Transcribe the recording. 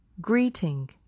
greeting